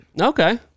Okay